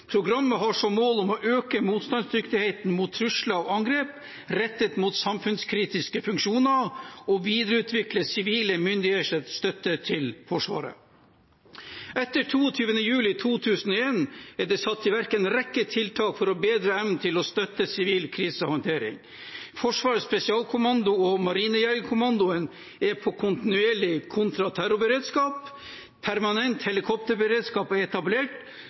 Programmet har som mål å øke motstandsdyktigheten mot trusler og angrep rettet mot samfunnskritiske funksjoner og videreutvikle sivile myndigheters støtte til Forsvaret. Etter 22. juli 2011 er det satt i verk en rekke tiltak for å bedre evnen til å støtte sivil krisehåndtering. Forsvarets spesialkommando og Marinejegerkommandoen er i kontinuerlig kontraterrorberedskap, det er etablert permanent helikopterberedskap